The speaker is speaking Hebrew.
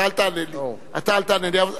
אתה, אל תענה לי.